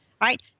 right